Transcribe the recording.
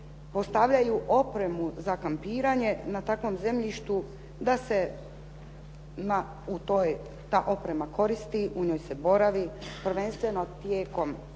postavljaju opremu za kampiranje na takvom zemljištu, da se ta oprema koristi, u njoj se boravi prvenstveno tijekom